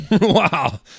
wow